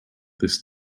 this